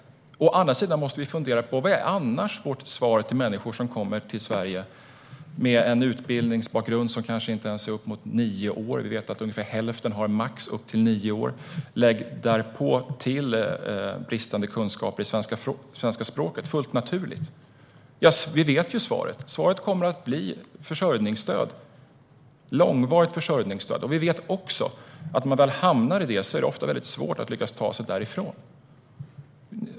Å andra sidan måste vi fundera på vilket svar vi annars ska ge människor som kommer till Sverige med en utbildning som kanske inte ens uppgår till nio år - vi vet att ungefär hälften har max nio års utbildning. Lägg därtill bristande kunskaper i svenska språket, vilket är fullt naturligt. Vi vet ju svaret. Svaret kommer att bli försörjningsstöd, långvarigt sådant. Vi vet också att när man väl hamnar i det läget är det ofta svårt att lyckas ta sig därifrån.